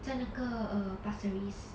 在那个 err pasir ris